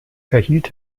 erhielt